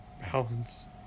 balance